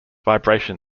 vibration